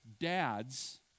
dads